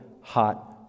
hot